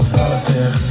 Solitaire